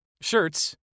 shirts